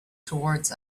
towards